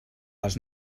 les